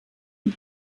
mit